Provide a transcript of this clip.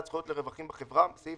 ששמרתם ליום שחור, הגיע היום השחור, תוציאו